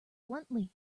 bluntly